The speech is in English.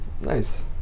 Nice